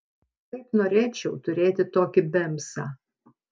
kaip norėčiau turėti tokį bemsą